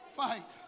fight